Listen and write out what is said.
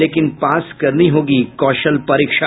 लेकिन पास करनी होगी कौशल परीक्षा